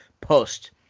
post